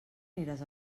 aniràs